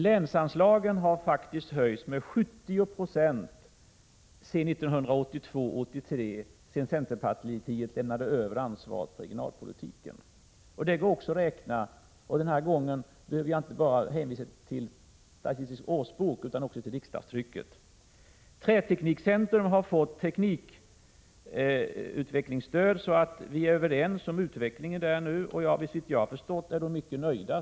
Länsanslagen har faktiskt höjts med 70 90 sedan 1982/83, sedan centerpartiet lämnade över ansvaret för regionalpolitiken. Det går att räkna ut. Denna gång behöver jag inte hänvisa till enbart Statistisk årsbok, utan jag kan också hänvisa till riksdagstrycket. Träteknikcentrum har fått teknikutvecklingsstöd, och vi är överens om utvecklingen där nu. Såvitt jag har förstått är man där mycket nöjd.